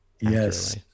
Yes